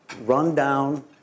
run-down